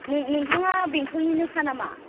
नोंथाङा बेंथलनिनोखा नामा